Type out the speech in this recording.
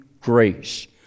grace